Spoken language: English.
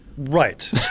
Right